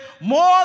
more